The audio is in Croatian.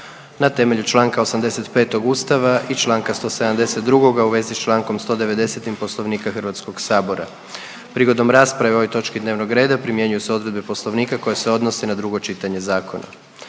na temelju Članka 85. Ustava i Članka 172. u vezi s Člankom 190. Poslovnika Hrvatskog sabora. Prigodom rasprave o ovoj točki dnevnog reda primjenjuju se odredbe Poslovnika koje se odnose na drugo čitanje zakona.